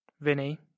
Vinny